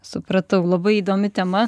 supratau labai įdomi tema